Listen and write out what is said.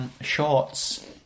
shorts